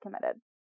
committed